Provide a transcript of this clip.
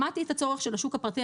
שמעתי את הצורך של השוק הפרטי.